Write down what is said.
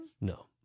No